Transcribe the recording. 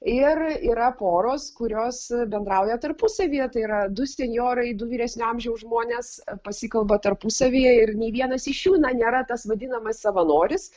ir yra poros kurios bendrauja tarpusavyje tai yra du senjorai du vyresnio amžiaus žmonės pasikalba tarpusavyje ir nei vienas iš jų na nėra tas vadinamas savanoris